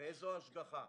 באיזו השגחה.